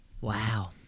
Wow